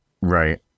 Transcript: Right